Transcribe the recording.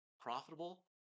Profitable